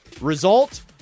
Result